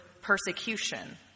persecution